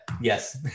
yes